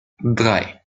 drei